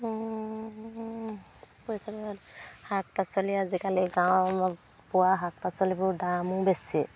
পইচা শাক পাচলি আজিকালি গাঁৱৰ পোৱা শাক পাচলিবোৰ দামো বেছি